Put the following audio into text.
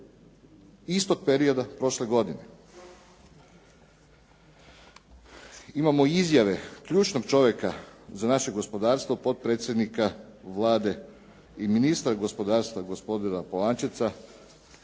istog perioda prošle godine. Imamo i izjave ključnog čovjeka za naše gospodarstvo potpredsjednika Vlade i ministra gospodarstva, gospodina Polančeca